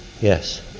yes